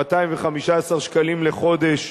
215 שקלים לחודש,